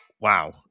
wow